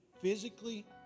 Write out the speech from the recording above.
physically